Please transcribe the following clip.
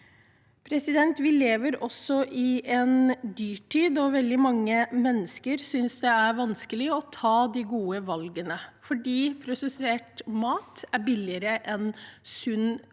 de mange. Vi lever også i en dyrtid. Veldig mange mennesker synes det er vanskelig å ta de gode valgene fordi prosessert mat er billigere enn sunn mat.